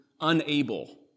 unable